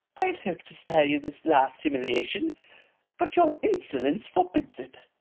i had hoped to spare you this last humiliation but your insolence forbids it.